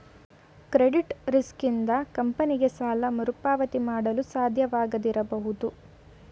credit risk ಇಂದ ಕಂಪನಿಗೆ ಸಾಲ ಮರುಪಾವತಿ ಮಾಡಲು ಸಾಧ್ಯವಾಗದಿರಬಹುದು